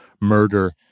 murder